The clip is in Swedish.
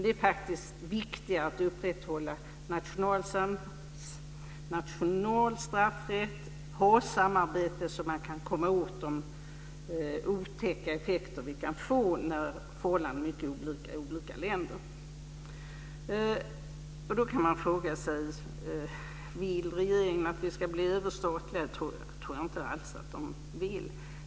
Men det är viktigare att upprätthålla nationalstraffrätt och ha samarbete så att man kan komma åt de otäcka effekter vi kan få när förhållandena är olika i olika länder. Man kan fråga sig om regeringen vill att vi ska bli överstatliga. Det tror jag inte alls att man vill.